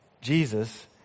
Jesus